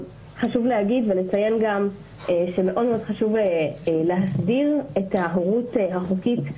חשוב להגיד ולציין גם שמאוד-מאוד חשוב להסדיר את ההורות החוקית,